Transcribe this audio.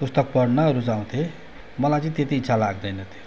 पुस्तक पढ्न रुचाउँथे मलाई चाहिँ त्यति इच्छा लाग्दैन्थ्यो